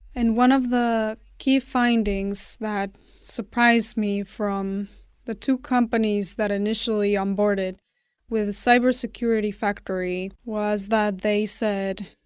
and one of the key findings that surprised me from the two companies that initially i'm boarded with cyber security factors, was that they said,